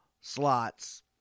slots